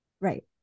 Right